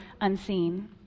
unseen